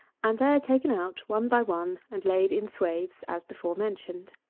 and there taken out, one by one, and laid in swaths as before-mentioned.